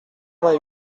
vingt